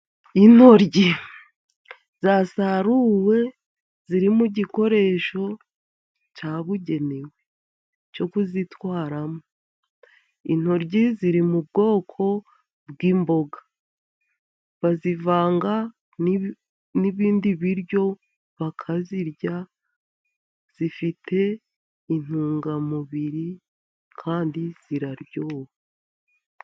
Intoryi zasaruwe ziri mu gikoresho cyabugenewe cyo kuzitwaramo. Intoryi ziri mu bwoko bw'imboga, bazivanga n'ibindi biryo bakazirya. Zifite intungamubiri kandi ziraryoha.